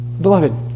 Beloved